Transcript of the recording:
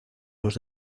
los